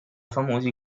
famosi